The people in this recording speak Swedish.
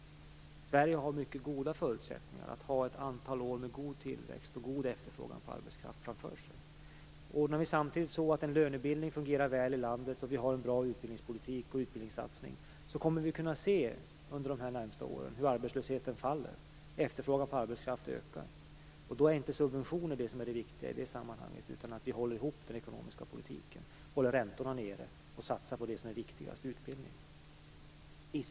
Sverige har mycket goda förutsättningar för att ha ett antal år med god tillväxt och god efterfrågan på arbetskraft framför sig. Ordnar vi samtidigt att lönebildningen fungerar väl i landet och att vi har en bra utbildningspolitik och utbildningssatsning så kommer vi under de närmaste åren att kunna se hur arbetslösheten faller och efterfrågan på arbetskraft ökar. Då är inte subventioner det viktiga i sammanhanget, utan att vi håller ihop den ekonomiska politiken, håller räntorna nere och satsar på det som är viktigast: utbildning.